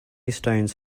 stones